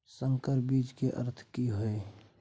संकर बीज के अर्थ की हैय?